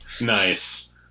nice